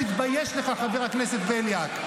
תתבייש לך, חבר הכנסת בליאק.